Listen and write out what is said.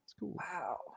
wow